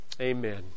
Amen